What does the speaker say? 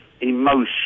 Emotion